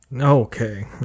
Okay